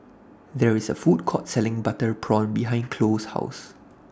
There IS A Food Court Selling Butter Prawn behind Chloe's House